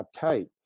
uptight